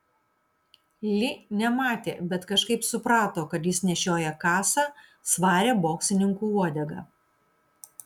li nematė bet kažkaip suprato kad jis nešioja kasą svarią boksininkų uodegą